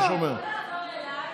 אתה יכול לעבור אליי?